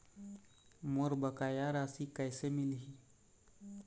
मोर बकाया राशि कैसे मिलही?